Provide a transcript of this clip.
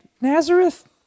nazareth